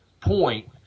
point